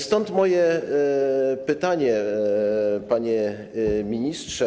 Stąd moje pytanie, panie ministrze.